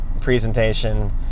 presentation